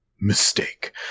Mistake